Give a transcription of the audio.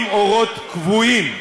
עם אורות כבויים,